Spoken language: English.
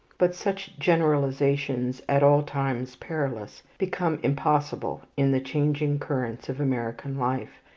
but such generalizations, at all times perilous, become impossible in the changing currents of american life,